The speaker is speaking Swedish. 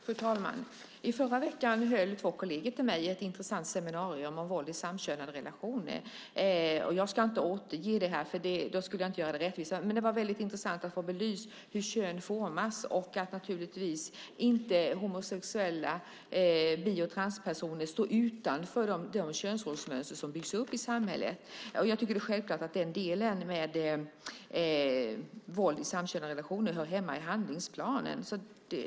Fru talman! I förra veckan höll två kolleger till mig ett intressant seminarium om våld i samkönade relationer. Jag ska inte återge det här, för jag skulle inte göra det rättvisa, men det var väldigt intressant att få belyst hur kön formas och att homosexuella och bi och transpersoner naturligtvis inte står utanför de könsrollsmönster som byggs upp i samhället. Jag tycker att det är självklart att detta med våld i samkönade relationer hör hemma i handlingsplanen.